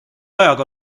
ajaga